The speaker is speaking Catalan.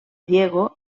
diego